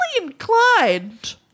inclined